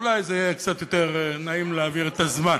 אולי זה יהיה קצת יותר נעים להעביר כך את הזמן.